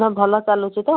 ହଁ ଭଲ ଚାଲୁଛି ତ